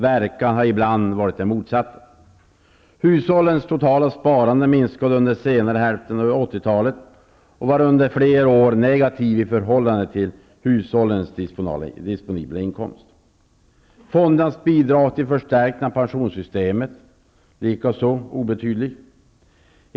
Verkan har ibland varit den motsatta. Hushållens totala sparande minskade under senare hälften av 80-talet och var under flera år negativt i förhållande till hushållens disponibla inkomster. Fondernas bidrag till förstärkning av pensionssystemet var likaså obetydligt.